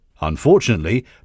Unfortunately